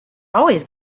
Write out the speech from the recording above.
always